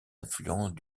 affluents